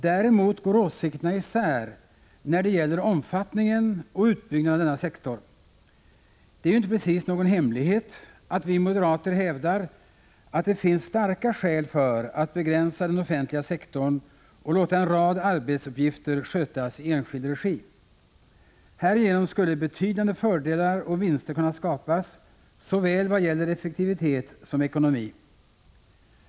Däremot går åsikterna isär när det gäller omfattningen och utbyggnaden av denna sektor. Det är ju inte precis någon hemlighet att vi moderater hävdar att det finns starka skäl för att begränsa den offentliga sektorn och låta en rad arbetsuppgifter skötas i enskild regi. Härigenom skulle betydande fördelar och vinster kunna skapas vad gäller såväl effektivitet som ekonomi.